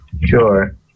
Sure